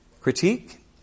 critique